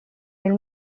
del